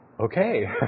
okay